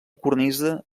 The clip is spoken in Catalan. cornisa